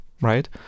right